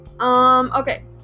okay